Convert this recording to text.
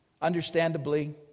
understandably